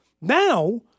Now